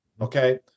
okay